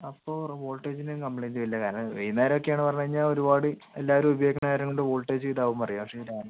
അപ്പോ റോ വോൾട്ടേജിൻ്റെ കംപ്ലയിൻറ്റ് വല്ലതും ആണ് വൈകുന്നേരം ഒക്കെ ആണ് പറഞ്ഞ് കഴിഞ്ഞാൽ ഒരുപാട് എല്ലാവരും ഉപയോഗിക്കുന്ന നേരം കൊണ്ട് വോൾട്ടേജ് ഇതാകും അറിയാം പക്ഷെ ഇത്